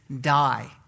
die